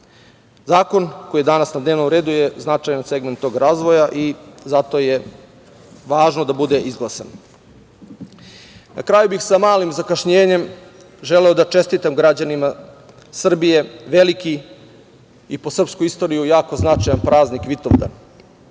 Zakon koji je danas na dnevnom redu je značajan segment tog razvoja i zato je važno da bude izglasan. Na kraju bih sa malim zakašnjenjem želeo da čestitam građanima Srbije veliki i po srpsku istoriju, jako značajan praznik Vidovdan.